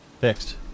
Fixed